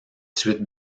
suites